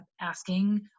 asking